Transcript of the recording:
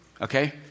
okay